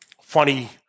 funny